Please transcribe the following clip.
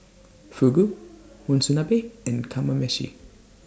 Fugu Monsunabe and Kamameshi